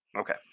Okay